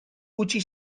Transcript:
utzi